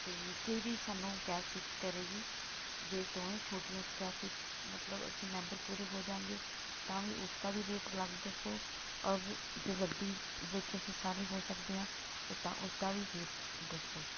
ਅਤੇ ਕਿਹੜੀ ਸਾਨੂੰ ਕੈਬ ਫਿੱਟ ਕਰੇਗੀ ਜੇ ਦੋਵੇਂ ਛੋਟੀਆਂ ਕੈਬ ਹੀ ਮਤਲਬ ਅਸੀਂ ਮੈਂਬਰ ਪੂਰੇ ਹੋ ਜਾਵਾਂਗੇ ਤਾਂ ਵੀ ਉਸ ਦਾ ਵੀ ਰੇਟ ਅਲੱਗ ਦੱਸੋ ਔਰ ਜੇ ਵੱਡੀ ਵਿੱਚ ਅਸੀਂ ਸਾਰੇ ਹੋ ਸਕਦੇ ਹਾਂ ਅਤੇ ਤਾਂ ਉਸਦਾ ਵੀ ਰੇਟ ਦੱਸੋ